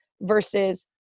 versus